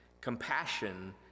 Compassion